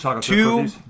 two